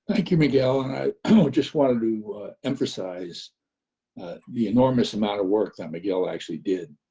thank you, miguel. i just wanted to emphasize the enormous amount of work that miguel actually did